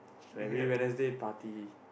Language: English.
so every Wednesday party